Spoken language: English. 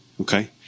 Okay